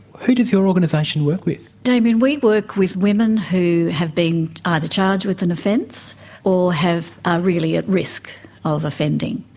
who does your organisation work with? damien, we work with women who have been either charged with an offence or are ah really at risk of offending.